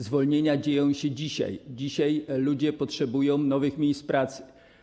Zwolnienia dzieją się dzisiaj, dzisiaj ludzie potrzebują nowych miejsc pracy.